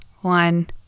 one